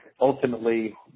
ultimately